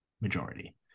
majority